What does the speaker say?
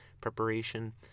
preparation